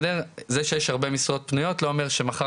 זה שיש הרבה משרות פנויות לא אומר שמחר